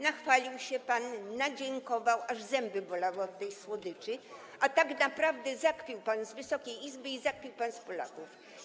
Nachwalił się pan, nadziękował, aż zęby bolały od tej słodyczy, a tak naprawdę zakpił pan z Wysokiej Izby i z Polaków.